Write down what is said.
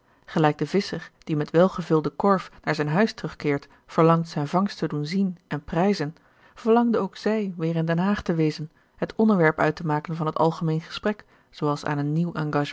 gelijk de visscher die met welgevulde korf naar zijn huis terug keert verlangt zijne vangst te doen zien en prijzen verlangde ook zij weer in den haag te wezen het onderwerp uit te maken van het algemeen gesprek zoo als aan een nieuw